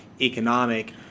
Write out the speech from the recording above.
economic